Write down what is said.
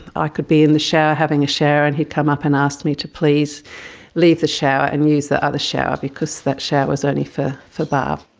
i could be in the shower having a shower, and he'd come up and ask me to please leave the shower and use the other shower because that shower was only for for barb.